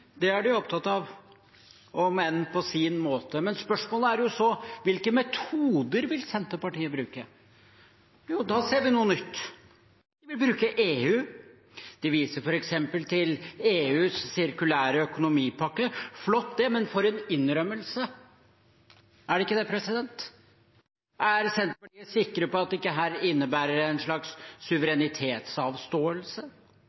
av – om enn på sin måte. Men spørsmålet er så: Hvilke metoder vil Senterpartiet bruke? Jo, da ser vi noe nytt. De bruker EU. De viser f.eks. til EUs sirkulære økonomipakke. Flott, det, men for en innrømmelse – er det ikke det? Er Senterpartiet sikre på at dette ikke innebærer en slags